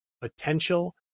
potential